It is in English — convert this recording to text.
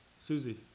Susie